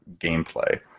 gameplay